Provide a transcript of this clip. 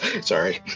Sorry